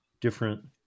different